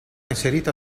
inserita